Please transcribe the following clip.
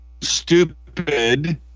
stupid